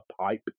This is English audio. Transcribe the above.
pipe